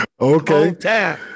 okay